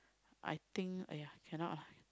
I think !aiya! cannot lah